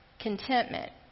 contentment